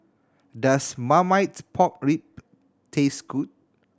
does marmite pork rib taste good